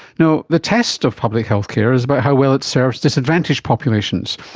you know the test of public health care is about how well it serves disadvantaged populations,